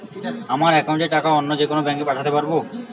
আমার একাউন্টের টাকা অন্য যেকোনো ব্যাঙ্কে পাঠাতে পারব?